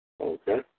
okay